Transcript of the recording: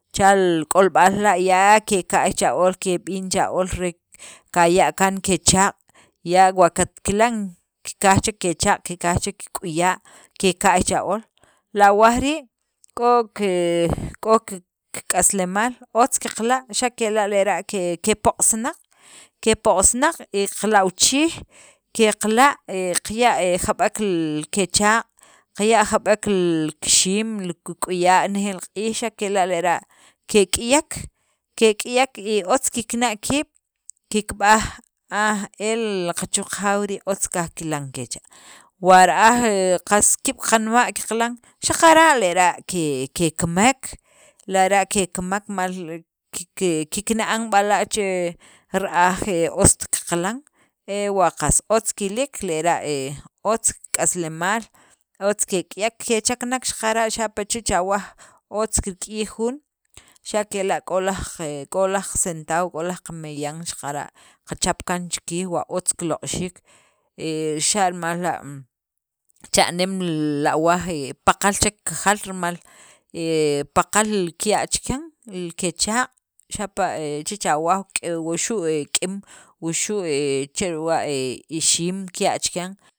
Chal k'olb'al la', ya keka'y cha ool, keb'in cha ool, re kaya' kaan kechaaq', ya wa katkilan kikaj chek kechaaq', kikaj chek kik'uya', keka'y cha ool, li awaj rii' k'o ke k'o ke kik'aslemaal, otz qaqila' xa' kela' lera' kepoq'sinaq, kepoq'sinaq y qalawchiij, qe qila' qaya' jab'ek l qechaaq', qaya' jab'ek l kixiim, li kik'uya' renejeel q'iij xa' kela' kek'iyek, kek'iyek y otz kikna' kiib', kikb'aj ah el qachu' qajaw rii' otz kajkilan kecha', wa ra'aj he qas kiib' qanma' qaqilan xaqara' lera' ke kekamek, lara' kekamek mal kike kikna'an b'ala' che ra'aj ost qaqilan, e wa qas otz kiliik lera' he otz kik'aslemaal, otz kek'iyek kechaknek xaqara' xapa' chech awaj otz kirk'iyij jun, xa' kela' k'o laj qe k'o laj qasentab'o, k'o laj qameyan xaqara' qachap kaan chi kiij wa otz kiloq'xiik, he xa' rimal la' mm cha'nem li awaj he qapal chek kijaal, rimal paqal qiya' chikyan, li qechaaq', xapa' he chech awaj, k'e wuxu' k'eem wuxu' ixiim kiya' chikyan.